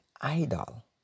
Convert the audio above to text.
idol